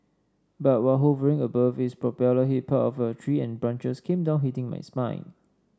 but while hovering above its propeller hit part of a tree and branches came down hitting my spine